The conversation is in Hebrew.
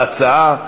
תודה על ההצעה.